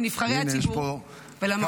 גם לנבחרי הציבור ולמועצות.